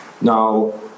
Now